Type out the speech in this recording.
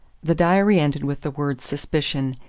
the diary ended with the word suspicion,